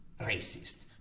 racist